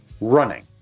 running